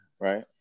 Right